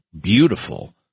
beautiful